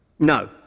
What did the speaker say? no